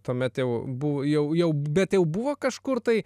tuomet jau buvo jau bet jau buvo kažkur tai